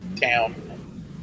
town